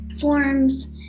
forms